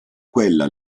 quella